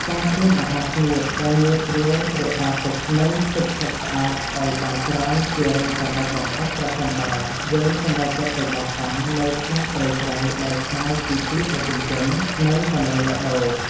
ការត្រៀមអាហារស្ងួតដែលងាយស្រួលរក្សាទុក និង ទឹកផឹកស្អាតឱ្យបានច្រើនជារឿងចាំបាច់បំផុតប្រសិនបើយើងសម្រេចចិត្តទៅបោះតង់នៅក្នុងព្រៃជ្រៅដែលឆ្ងាយពីទីប្រជុំជន និង កន្លែងលក់ដូរ។